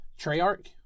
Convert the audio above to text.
Treyarch